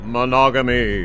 Monogamy